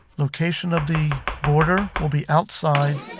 location of the border will be outside,